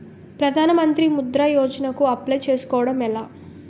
ప్రధాన మంత్రి ముద్రా యోజన కు అప్లయ్ చేసుకోవటం ఎలా?